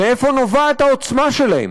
מאיפה נובעת העוצמה שלהם?